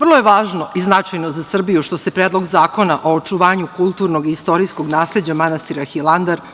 vrlo je važno i značajno za Srbiju što se Predlog zakona o očuvanju kulturnog i istorijskog nasleđa manastira Hilandar